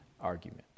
argument